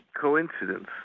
coincidence